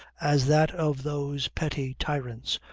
as that of those petty tyrants,